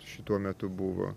šituo metu buvo